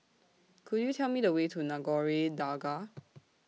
Could YOU Tell Me The Way to Nagore Dargah